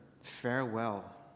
farewell